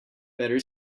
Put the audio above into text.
better